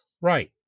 Right